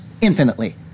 infinitely